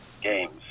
games